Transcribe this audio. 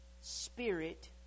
spirit